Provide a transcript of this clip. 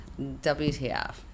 wtf